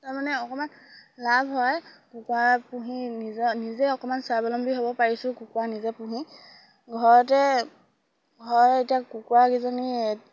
তাৰমানে অকমান লাভ হয় কুকুৰা পুহি নিজৰ নিজে অকমান স্বাৱলম্বী হ'ব পাৰিছোঁ কুকুৰা নিজে পুহি ঘৰতে ঘৰ এতিয়া কুকুৰা কেইজনী